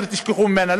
תשכחו ממנה,